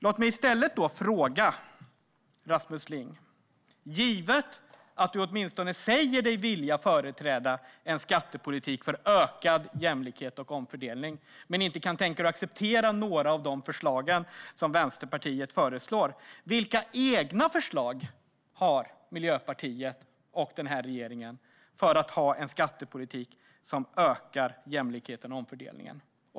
Låt mig i stället ställa en fråga till Rasmus Ling: Givet att du åtminstone säger dig vilja företräda en skattepolitik för ökad jämlikhet och omfördelning men inte kan tänka dig att acceptera några av Vänsterpartiets förslag, vilka egna förslag har Miljöpartiet och regeringen för en skattepolitik som ökar jämlikheten och omfördelningen?